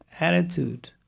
attitude